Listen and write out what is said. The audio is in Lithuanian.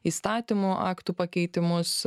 įstatymų aktų pakeitimus